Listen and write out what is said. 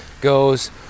goes